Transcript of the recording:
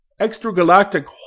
extragalactic